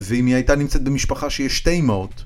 ואם היא הייתה נמצאת במשפחה שיש שתי אמהות...